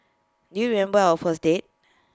do you remember our first date